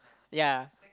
ya